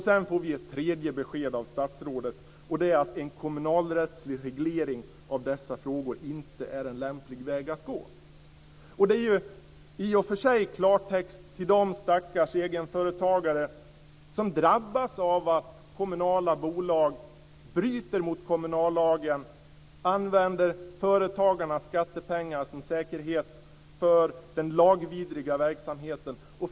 Sedan får vi ett tredje besked av statsrådet, och det är att en kommunalrättslig reglering av dessa frågor inte är en lämplig väg att gå. Det är i och för sig klartext till de stackars egenföretagare som drabbas av att kommunala bolag bryter mot kommunallagen och använder företagarnas skattepengar som säkerhet för den lagvidriga verksamheten.